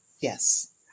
Yes